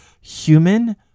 human